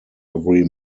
every